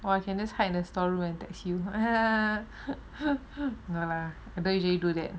!wah! I can just hide in the storeroom and text you no lah I don't usually do that